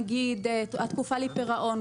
למשל: התקופה לפרעון,